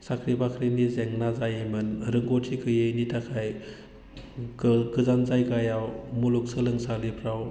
साख्रि बाख्रिनि जेंना जायोमोन रोंगौथि गैयिनि थाखाय गोजान जायगायाव मुलुगसोलोंसालिफ्राव